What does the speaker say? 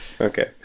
okay